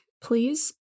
please